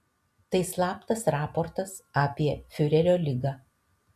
tai slaptas raportas apie fiurerio ligą